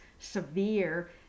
severe